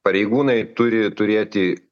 pareigūnai turi turėti